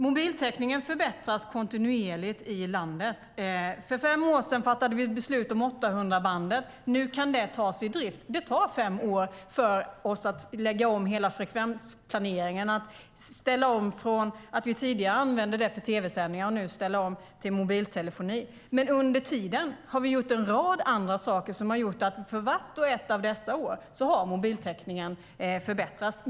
Mobiltäckningen förbättras kontinuerligt i landet. För fem år sedan fattade vi beslut om 800-bandet. Nu kan det tas i drift. Det tar fem år för oss att lägga om hela frekvensplaneringen, att ställa om från att vi tidigare använde det för tv-sändningar och att nu ställa om till mobiltelefoni. Men under tiden har vi gjort en rad andra saker som har gjort att mobiltäckningen har förbättrats för vart och ett av dessa år.